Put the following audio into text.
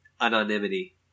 anonymity